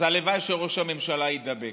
אז הלוואי שראש הממשלה יידבק,